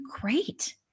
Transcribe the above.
great